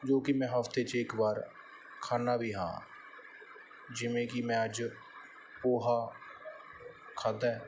ਜੋ ਕਿ ਮੈਂ ਹਫ਼ਤੇ 'ਚ ਇੱਕ ਵਾਰ ਖਾਂਦਾ ਵੀ ਹਾਂ ਜਿਵੇਂ ਕਿ ਮੈਂ ਅੱਜ ਪੋਹਾ ਖਾਧਾ